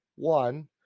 One